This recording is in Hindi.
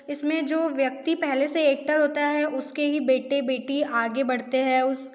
इसमे जो व्यक्ति पहले से एक्टर होता है उसके ही बेटे बेटी आग बढ़ते हैं उस